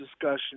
discussion